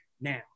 now